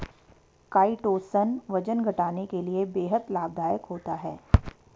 chitosan वजन घटाने के लिए बेहद लाभदायक होता है